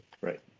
Right